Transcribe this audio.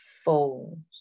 Fold